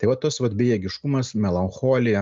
tai vat tas vat bejėgiškumas melancholija